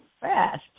fast